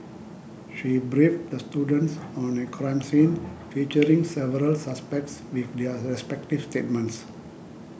she briefed the students on a crime scene featuring several suspects with their respective statements